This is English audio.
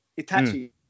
Itachi